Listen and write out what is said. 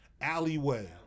alleyway